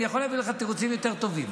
אני יכול להביא לך תירוצים יותר טובים.